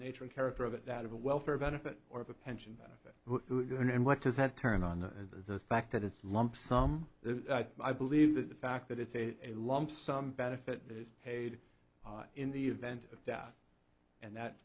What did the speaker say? nature and character of it out of a welfare benefit or of a pension benefit who and what does that turn on and the fact that it's lump sum i believe that the fact that it's a lump sum benefit is paid in the event of death and that